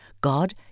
God